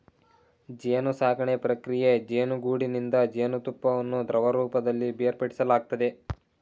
ಜೇನುಸಾಕಣೆ ಪ್ರಕ್ರಿಯೆ ಜೇನುಗೂಡಿನಿಂದ ಜೇನುತುಪ್ಪವನ್ನು ದ್ರವರೂಪದಲ್ಲಿ ಬೇರ್ಪಡಿಸಲಾಗ್ತದೆ